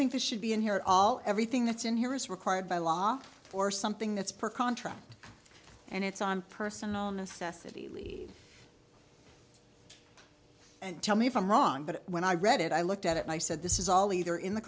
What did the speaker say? think this should be in here all everything that's in here is required by law or something that's per contract and it's on personal necessity lead and tell me if i'm wrong but when i read it i looked at it and i said this is all either in the